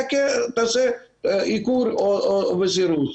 תעשה עיקור וסירוס.